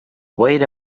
wait